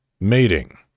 mating